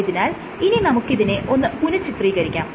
ആയതിനാൽ ഇനി നമുക്കിതിനെ ഒന്ന് പുനഃചിത്രീകരിക്കാം